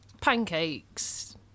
Pancakes